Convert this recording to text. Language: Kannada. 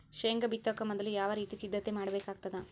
ಶೇಂಗಾ ಬಿತ್ತೊಕ ಮೊದಲು ಯಾವ ರೀತಿ ಸಿದ್ಧತೆ ಮಾಡ್ಬೇಕಾಗತದ?